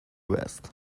vest